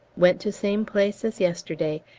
went to same place as yesterday,